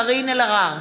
קארין אלהרר,